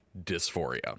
dysphoria